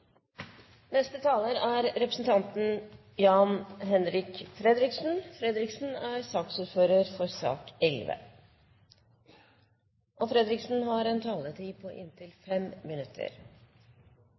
Neste taler er representanten Jan-Henrik Fredriksen. Fredriksen er saksordfører for sak nr. 11 og får dermed en taletid på inntil